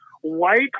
white